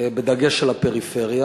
בדגש על הפריפריה.